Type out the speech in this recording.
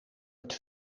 het